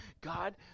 God